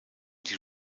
die